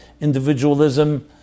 individualism